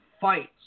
fights